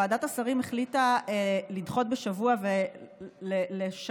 ועדת השרים החליטה לדחות בשבוע ולשלב